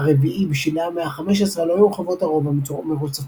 הרביעי בשלהי המאה ה-15 לא היו רחובות הרובע מרוצפים.